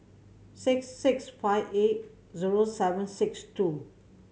six six five eight zero seven six two